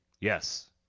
Yes